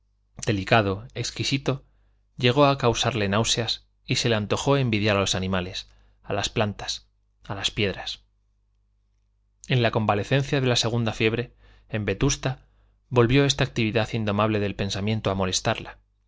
delicado exquisito llegó a causarle náuseas y se le antojó envidiar a los animales a las plantas a las piedras en la convalecencia de la segunda fiebre en vetusta volvió esta actividad indomable del pensamiento a molestarla